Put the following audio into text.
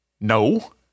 No